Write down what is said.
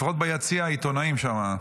לפחות ביציע העיתונאים שמה.